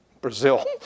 Brazil